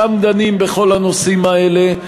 שם דנים בכל הנושאים האלה,